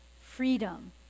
freedom